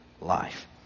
life